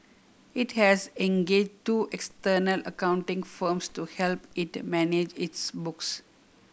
it has engage two external accounting firms to help it manage its books